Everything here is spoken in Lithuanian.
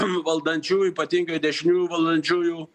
valdančiųjų ypatingai dešiniųjų valdančiųjų